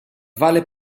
vale